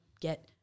get